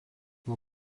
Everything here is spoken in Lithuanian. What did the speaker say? nuo